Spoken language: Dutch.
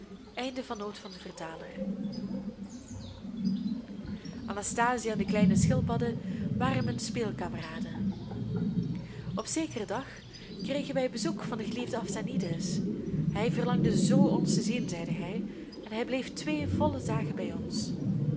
priesters anastasia en de kleine schildpadden waren mijn speelkameraden op zekeren dag kregen wij bezoek van den geliefden aphtanides hij verlangde zoo ons te zien zeide hij en hij bleef twee volle dagen bij ons